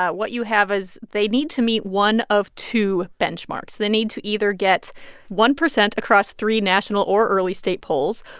what you have is they need to meet one of two benchmarks. they need to either get one percent across three national or early state polls,